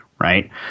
Right